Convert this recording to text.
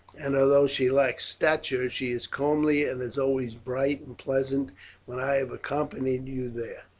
and although she lacks stature, she is comely, and is always bright and pleasant when i have accompanied you there.